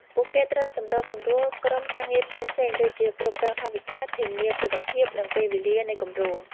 ពួកគេត្រូវសម្របសម្រួលក្រុមការងារផ្សេងៗដូចជា គ្រប់គ្រងថវិកា ធានាគុណភាព និងពេលវេលានៃគម្រោង។